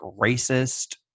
racist